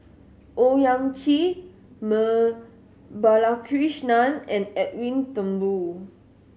Owyang Chi Balakrishnan and Edwin Thumboo